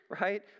Right